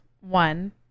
one